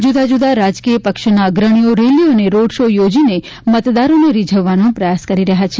જુદા જુદા રાજકીય પક્ષોના અગ્રણીઓ રેલીઓ અને રોડ શો યોજીને મતદારોને રીઝવવાનો પ્રયાસ કરી રહ્યા છે